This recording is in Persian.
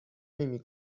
نمی